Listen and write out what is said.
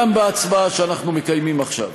גם בהצבעה שאנחנו מקיימים עכשיו.